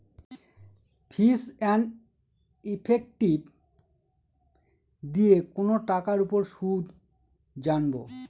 ফিচ and effective দিয়ে কোনো টাকার উপর সুদ জানবো